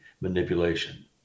manipulation